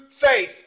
faith